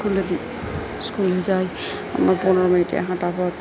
স্কুলে স্কুলে যাই পনেরো মিনিটের হাঁটা পথ